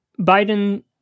Biden